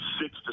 six